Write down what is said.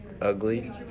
ugly